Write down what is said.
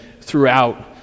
throughout